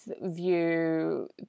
view